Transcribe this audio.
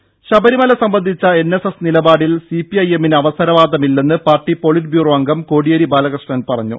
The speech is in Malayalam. ദേദ ശബരിമല സംബന്ധിച്ച എൻ എസ് എസ് നിലപാടിൽ സിപിഐഎമ്മിന് അവസരവാദമില്ലെന്ന് പാർട്ടി പൊളിറ്റ് ബ്യൂറോ അംഗം കോടിയേരി ബാലകൃഷ്ണൻ പറഞ്ഞു